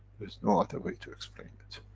it's no other way to explain it.